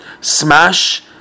smash